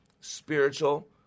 spiritual